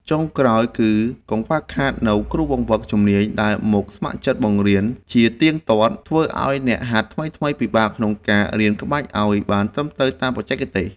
ចុងក្រោយ គឺកង្វះខាតនូវគ្រូបង្វឹកជំនាញដែលមកស្ម័គ្រចិត្តបង្រៀនជាទៀងទាត់ ធ្វើឱ្យអ្នកហាត់ថ្មីៗពិបាកក្នុងការរៀនក្បាច់ឱ្យបានត្រឹមត្រូវតាមបច្ចេកទេស។